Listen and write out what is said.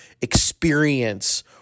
experience